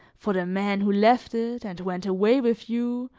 for the man who left it, and went away with you,